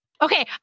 Okay